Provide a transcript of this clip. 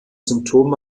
symptome